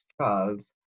Charles